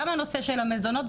גם הנושא של המזונות,